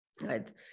right